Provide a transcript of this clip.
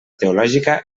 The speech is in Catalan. teològica